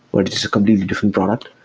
but it is a completely different product.